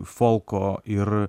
folko ir